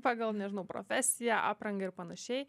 pagal nežinau profesiją aprangą ir panašiai